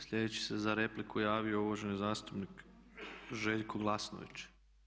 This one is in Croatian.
Sljedeći se za repliku javio uvaženi zastupnik Željko Glasnović.